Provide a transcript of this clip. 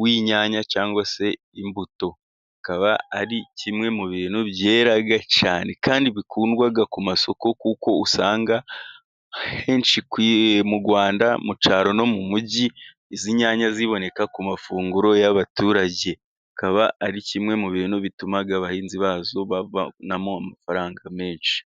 w'inyanya cyangwa se imbutoko. Akaba ari kimwe mu bintu byera cyane kandi bikundwa ku masoko kuko usanga henshi mu Rwanda. Mu cyaro no mu mujyi izi nyanya ziboneka ku mafunguro y'abaturage akaba ari kimwe mu bintu bituma abahinzi bazo babonamo amafaranga menshi.